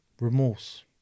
remorse